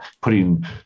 putting